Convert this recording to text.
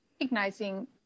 recognizing